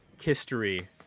history